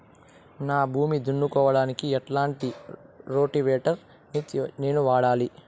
నా భూమి దున్నుకోవడానికి ఎట్లాంటి రోటివేటర్ ని నేను వాడాలి?